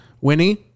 Winnie